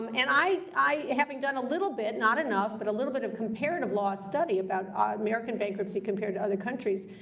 um and i, having done a little bit, not enough but a little bit of comparative law study about ah american bankruptcy compared to other countries,